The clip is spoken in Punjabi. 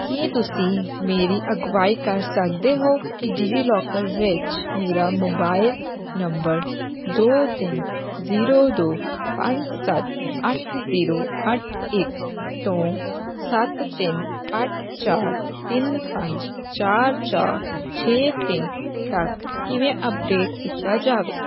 ਕੀ ਤੁਸੀਂ ਮੇਰੀ ਅਗਵਾਈ ਕਰ ਸਕਦੇ ਹੋ ਕਿ ਡਿਜੀਲਾਕਰ ਵਿੱਚ ਮੇਰਾ ਮੋਬਾਈਲ ਨੰਬਰ ਦੋ ਤਿੰਨ ਜ਼ੀਰੋ ਦੋ ਪੰਜ ਸੱਤ ਅੱਠ ਜ਼ੀਰੋ ਅੱਠ ਇੱਕ ਤੋਂ ਸੱਤ ਤਿੰਨ ਅੱਠ ਚਾਰ ਤਿੰਨ ਪੰਜ ਚਾਰ ਚਾਰ ਛੇ ਤਿੰਨ ਤੱਕ ਕਿਵੇਂ ਅੱਪਡੇਟ ਕੀਤਾ ਜਾਵੇ